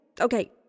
okay